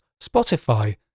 Spotify